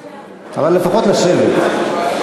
אבל לפחות לשבת.